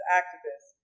activist